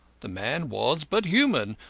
the man was but human,